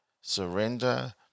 surrender